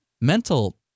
mental